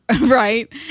Right